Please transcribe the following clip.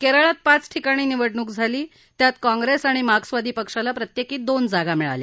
केरळात पाच ठिकाणी निवडणूक झाली त्यात काँग्रेस आणि मार्क्सवादी पक्षाला प्रत्येकी दोन जागा मिळाल्या